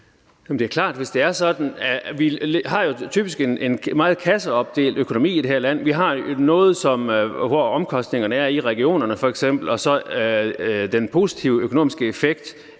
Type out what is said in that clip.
Per Larsen (KF): Vi har jo typisk en meget kasseopdelt økonomi i det her land. Vi har f.eks. noget, hvor omkostningerne er i regionerne, men hvor den positive økonomiske effekt